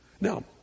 Now